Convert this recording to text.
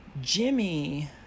Jimmy